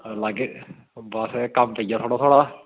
लाह्गे बस कम्म पेइया थोह्ड़ा